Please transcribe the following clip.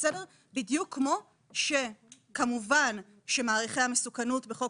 בדיוק כמו שכמובן שמעריכי המסוכנות בחוק